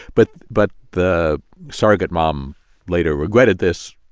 but but the surrogate mom later regretted this,